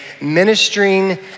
ministering